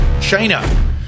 China